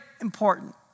important